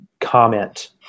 comment